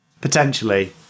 Potentially